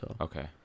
Okay